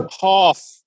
half